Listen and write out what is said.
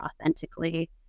authentically